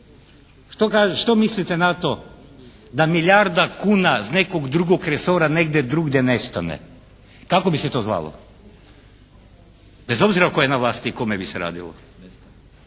Što mislite na to da milijarda kuna iz nekog drugog resora negdje drugdje nestane, kako bi se to zvalo bez obzira tko je na vlasti i o kome bi se radilo?